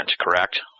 correct